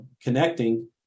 connecting